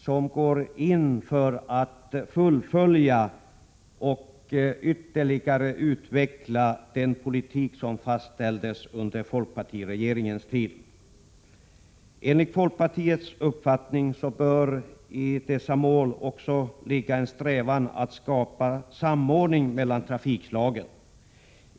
Regeringen går in för att fullfölja och ytterligare utveckla den politik som fastställdes under folkpartiregeringens tid. Enligt folkpartiets uppfattning bör i dessa mål också ligga en strävan att skapa samordning mellan trafikslagen.